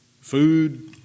food